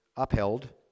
upheld